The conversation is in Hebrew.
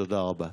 תודה רבה.